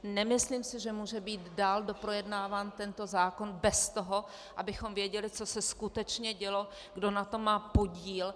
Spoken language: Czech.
Nemyslím si, že může být dál doprojednáván tento zákon bez toho, abychom věděli, co se skutečně dělo, kdo na tom má podíl.